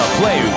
play